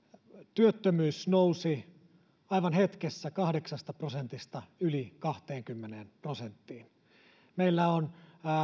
työttömyys nousi aivan hetkessä kahdeksasta prosentista yli kahteenkymmeneen prosenttiin meillä on